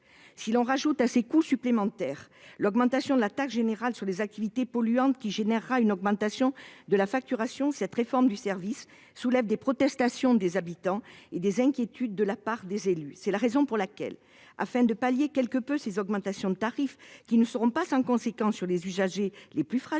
Si l'on ajoute à ces coûts supplémentaires l'augmentation de la taxe générale sur les activités polluantes, qui causera une hausse de la facturation, cette réforme du service soulève des protestations chez les habitants et des inquiétudes de la part des élus. Aussi, afin de pallier quelque peu ces augmentations de tarifs, qui ne seront pas sans conséquence pour les usagers les plus fragiles